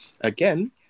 again